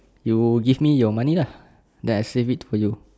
you give me your money lah then I save it for you